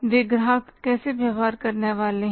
वे ग्राहक कैसे व्यवहार करने वाले हैं